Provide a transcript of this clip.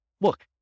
look